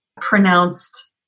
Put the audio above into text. pronounced